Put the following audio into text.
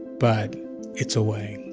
but it's a way